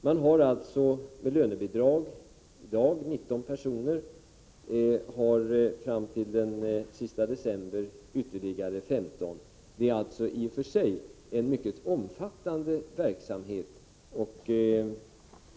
Man sysselsätter alltså med lönebidrag i dag 19 personer, och har fram till den 31 december ytterligare 15. Det är i och för sig en mycket omfattande verksamhet.